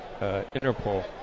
Interpol